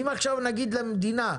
אם עכשיו נגיד למדינה: